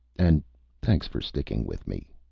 and thanks for sticking with me.